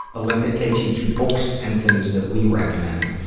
a link that takes you to books and things that we recommend.